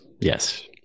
Yes